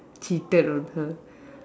cheated on her